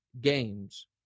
games